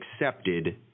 accepted